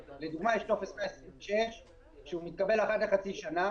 לדוגמה, יש טופס 126 שמתקבל רק אחרי חצי שנה.